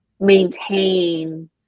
maintain